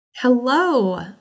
Hello